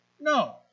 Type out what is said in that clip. No